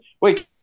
Wait